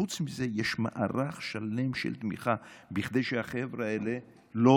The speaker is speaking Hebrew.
חוץ מזה יש מערך שלם של תמיכה כדי שהחבר'ה האלה לא